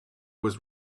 was